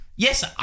Yes